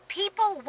people